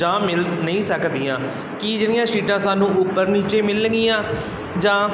ਜਾਂ ਮਿਲ ਨਹੀਂ ਸਕਦੀਆਂ ਕੀ ਜਿਹੜੀਆਂ ਸੀਟਾਂ ਸਾਨੂੰ ਉੱਪਰ ਨੀਚੇ ਮਿਲਣਗੀਆਂ ਜਾਂ